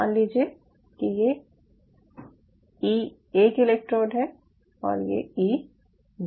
मान लीजिये कि ये E1 इलेक्ट्रोड है और ये E2 है